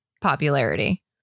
popularity